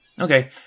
Okay